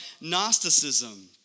Gnosticism